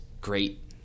great